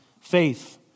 faith